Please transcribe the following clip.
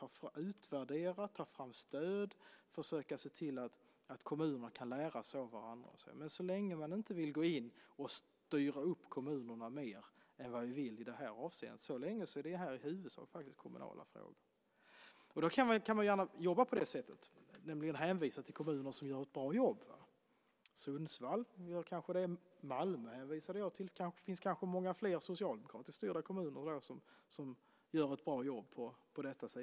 Man kan utvärdera, ta fram stöd, försöka se till att kommunerna kan lära sig av varandra och så vidare. Men så länge som vi inte vill gå in och styra upp kommunerna mer än vi vill i detta avseende är detta i huvudsak faktiskt kommunala frågor. Då kan man gärna jobba på det sättet, nämligen hänvisa till kommuner som gör ett bra jobb. Sundsvall gör kanske det. Jag hänvisade till Malmö. Och det finns kanske många fler socialdemokratiskt styrda kommuner som gör ett bra jobb när det gäller detta.